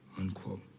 unquote